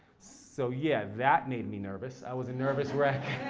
so yeah, that made me nervous. i was a nervous wreck